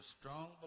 strong